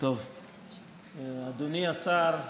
אדוני השר,